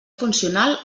funcional